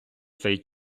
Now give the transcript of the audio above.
цей